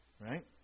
Right